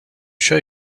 show